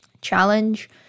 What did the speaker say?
challenge